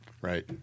Right